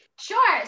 Sure